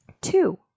Two